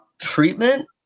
treatment